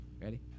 Ready